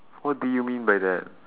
what do you mean by that